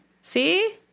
See